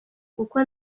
kuko